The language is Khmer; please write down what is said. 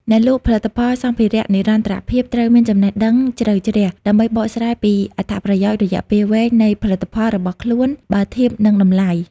អ្នកលក់ផលិតផលសម្ភារៈនិរន្តរភាពត្រូវមានចំណេះដឹងជ្រៅជ្រះ ដើម្បីបកស្រាយពីអត្ថប្រយោជន៍រយៈពេលវែងនៃផលិតផលរបស់ខ្លួនបើធៀបនឹងតម្លៃ។